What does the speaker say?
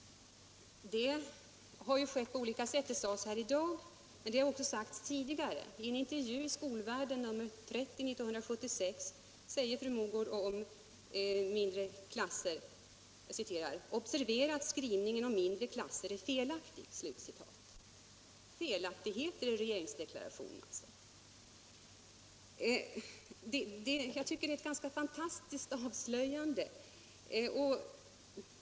Det har ju skett på olika sätt. Det har sagts här i dag men också tidigare. I en intervju i Skolvärlden nr 30 år 1976 säger fru Mogård följande om mindre klasser: ”Observera att skrivningen mindre klasser är felaktig.” Felaktigheter i regeringsdeklarationen alltså. Jag tycker att det är ett ganska fantastiskt avslöjande.